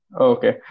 Okay